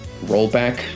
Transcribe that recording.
rollback